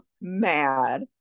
mad